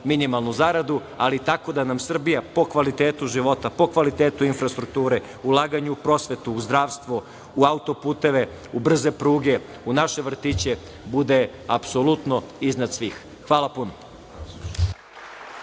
minimalnu zaradu, ali tako da nam Srbija po kvalitetu života, po kvalitetu infrastrukture, ulaganju u prosvetu, u zdravstvo, u autoputeve, u brze pruge, u naše vrtiće, bude apsolutno iznad svih. Hvala puno.